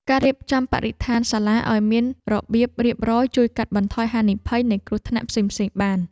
ការរៀបចំបរិស្ថានសាលាឱ្យមានរបៀបរៀបរយជួយកាត់បន្ថយហានិភ័យនៃគ្រោះថ្នាក់ផ្សេងៗបាន។